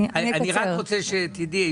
אני רק רוצה שתדעי,